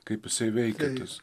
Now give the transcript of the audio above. kaip jisai veikia tas